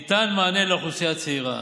ניתן מענה לאוכלוסייה הצעירה,